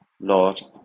lord